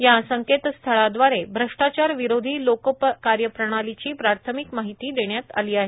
या संकेतस्थळाद्वारे भ्रष्टाचार विरोधी लोकपाल कार्यप्रणालीची प्राथमिक माहिती देण्यात आली आहे